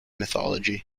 mythology